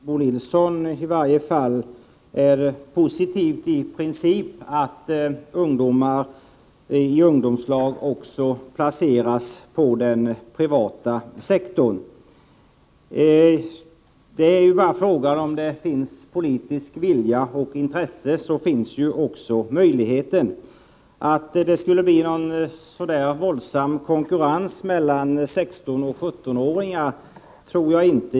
Fru talman! Jag noterar att Bo Nilsson i varje fall är positiv till principen att ungdomar i ungdomslag också placeras på den privata sektorn. Om det finns politisk vilja och intresse så finns också möjligheter att placera ungdomar på den privata sektorn. Att det skulle bli någon våldsam konkurrens med 16-17-åringarna tror jag inte.